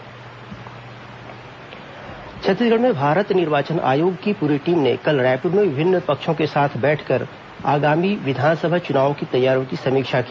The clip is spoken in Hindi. ओपी रावत बैठक छत्तीसगढ़ में भारत निर्वाचन आयोग की पूरी टीम ने कल रायपुर में विभिन्न पक्षों के साथ बैठक कर आगामी विधानसभा चुनाव तैयारियों की समीक्षा की